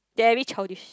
very childish